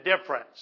difference